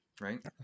Right